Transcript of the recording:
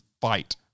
fight